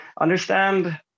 understand